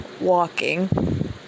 walking